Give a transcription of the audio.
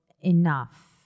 enough